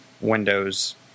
Windows